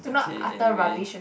okay anyway